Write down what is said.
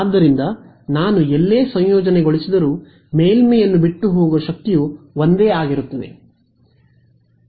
ಆದ್ದರಿಂದ ನಾನು ಎಲ್ಲೇ ಸಂಯೋಜನೆಗೊಳಿಸಿದರೂ ಮೇಲ್ಮೈಯನ್ನು ಬಿಟ್ಟುಹೋಗುವ ಶಕ್ತಿಯು ಒಂದೇ ಆಗಿರುತ್ತದೆ